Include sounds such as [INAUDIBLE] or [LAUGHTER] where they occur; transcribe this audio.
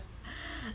[BREATH]